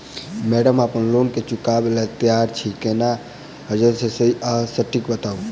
Madam हम अप्पन loan केँ चुकाबऽ लैल तैयार छी केना हएत जे सही आ सटिक बताइब?